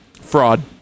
Fraud